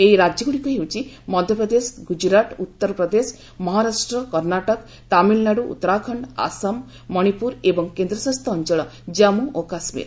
ଏହି ରାଜ୍ୟଳଗୁଡ଼ିକ ହେଉଛି ମଧ୍ୟପ୍ରଦେଶ ଗୁଜରାଟ ଉତ୍ତର ପ୍ରଦେଶ ମହାରାଷ୍ଟ୍ର କର୍ଣ୍ଣାଟକ ତାମିଲନାଡୁ ଉତ୍ତରାଖଣ୍ଡ ଆସାମ ମଣିପୁର ଏବଂ କେନ୍ଦ୍ରଶାସିତ ଅଞ୍ଚଳ ଜାମ୍ମୁ ଓ କାଶ୍ରୀର